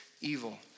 evil